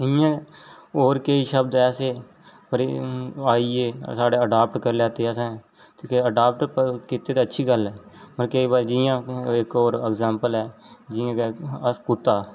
इ'यां होर केईं शब्द ऐसे पर आइये साढ़ा अडॉप्ट करी लैते असें ते अडॉप्ट कीते ते अच्छी गल्ल ऐ मगर केईं बारी जि'यां इक होर एग्जांपल ऐ जि'यां कि अस कुत्ता